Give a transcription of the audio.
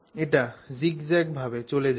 এটি জিগজ্যাগ ভাবে চলে যায়